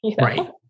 Right